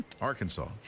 Arkansas